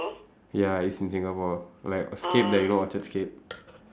ya it's in singapore like scape like you know orchard scape